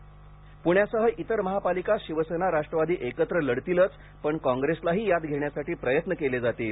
राऊत पूण्यासह इतर महापालिका शिवसेना राष्ट्रवादी एकत्र लढतीलच पण काँग्रेसलाही यात घेण्यासाठी प्रयत्न केले जातील